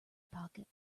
pocket